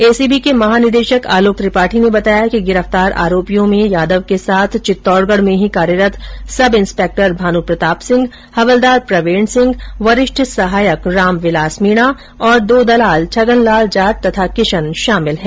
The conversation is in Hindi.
एसीबी के महानिदेशक आलोक त्रिपाठी ने बताया कि गिरफ्तार आरोपियों में यादव के साथ चित्तौडगढ़ में ही कार्यरत सबइंस्पेक्टर भानुप्रताप सिंह हवलदार प्रवीण सिंह वरिष्ठ सहायक रामविलास मीणा और दो दलाल छगनलाल जाट तथा किशन शामिल है